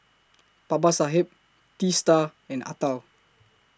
Babasaheb Teesta and Atal